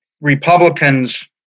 Republicans